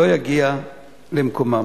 לא יגיע למקומם.